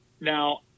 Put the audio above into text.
Now